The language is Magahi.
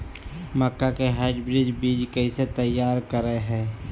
मक्का के हाइब्रिड बीज कैसे तैयार करय हैय?